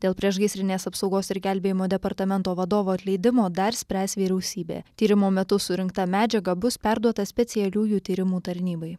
dėl priešgaisrinės apsaugos ir gelbėjimo departamento vadovo atleidimo dar spręs vyriausybė tyrimo metu surinkta medžiaga bus perduota specialiųjų tyrimų tarnybai